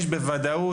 יש, בוודאות.